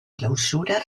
clausura